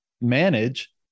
manage